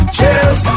Cheers